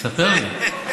תספר לי.